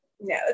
no